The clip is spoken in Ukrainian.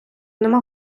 нема